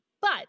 But-